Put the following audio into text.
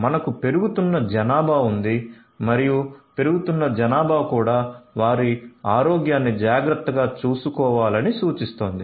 మనకు పెరుగుతున్న జనాభా ఉంది మరియు పెరుగుతున్న జనాభా కూడా వారి ఆరోగ్యాన్ని జాగ్రత్తగా చూసుకోవాలని సూచిస్తుంది